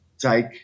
take